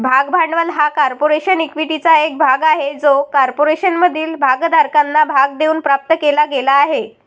भाग भांडवल हा कॉर्पोरेशन इक्विटीचा एक भाग आहे जो कॉर्पोरेशनमधील भागधारकांना भाग देऊन प्राप्त केला गेला आहे